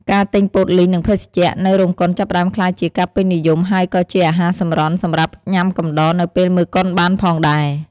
ការទិញ ពោតលីង និងភេសជ្ជៈ នៅរោងកុនចាប់ផ្ដើមក្លាយជាការពេញនិយមហើយក៏ជាអាហារសម្រន់សម្រាប់ញាំកំដរនៅពេលមើលកុនបានផងដែរ។